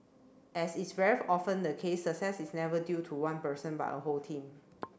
as is very often the case success is never due to one person but a whole team